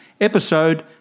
episode